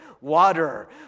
water